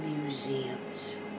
museums